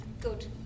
good